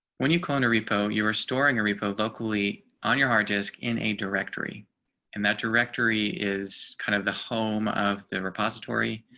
when you clone a repo, you are storing a repo locally on your hard disk in a directory and that directory is kind of the home of the repository.